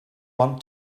want